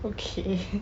okay